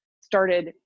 started